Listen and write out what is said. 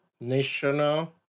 national